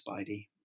Spidey